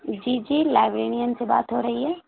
جی جی لائیبرئین سے بات ہو رہی ہے